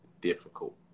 difficult